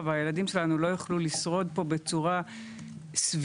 והילדים שלנו לא יוכלו לשרוד פה בצורה סבירה,